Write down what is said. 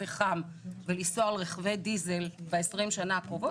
פחם ולנסוע על רכבי דיזל ב-20 שנה הקרובות,